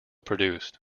produced